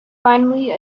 finally